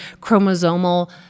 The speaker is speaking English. chromosomal